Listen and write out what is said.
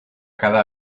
cada